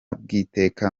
bw’iteka